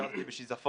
אני נשארתי בשיזפון,